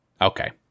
Okay